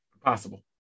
possible